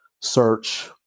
search